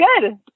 good